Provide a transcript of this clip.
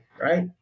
right